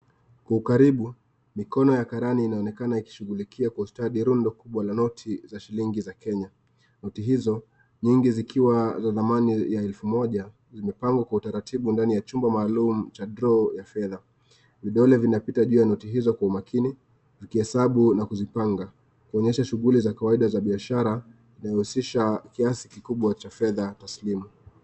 Kwa ukaribu mikono ya karani inaonekana ikishughulikia kwa ustadhi rundo kubwa la noti la shilingi za Kenya, noti hizo nyingi zikiwa za thamani ya elfu moja zimepangwa kwa utaratibu ndani ya chumba maalum cha (cs)draw(cs) ya fedha , vidole vinapita juu ya noti hizo kwa umakini ikihesabu na kuzipanga kuonyesha shughuli za kawaida za biashara inahusisha kiasi kikubwa cha fedha taslimu.